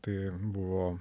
tai buvo